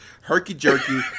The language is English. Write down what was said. herky-jerky